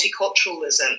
multiculturalism